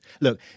Look